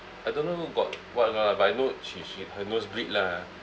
I don't know got [what] lah but I know she she her nose bleed lah